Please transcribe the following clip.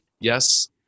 yes